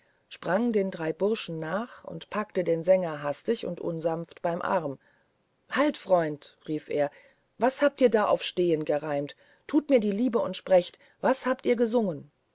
sprang den drei burschen nach und packte den sänger hastig und unsanft beim arm halt freund rief er was habt ihr da auf stehen gereimt tut mir die liebe und sprecht was ihr gesungen